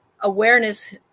awareness